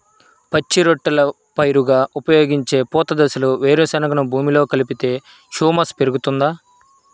పచ్చి రొట్టెల పైరుగా ఉపయోగించే పూత దశలో వేరుశెనగను భూమిలో కలిపితే హ్యూమస్ పెరుగుతుందా?